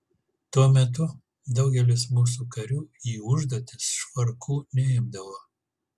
tuo metu daugelis mūsų karių į užduotis švarkų neimdavo